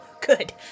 Good